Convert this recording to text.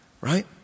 right